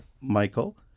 Michael